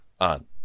on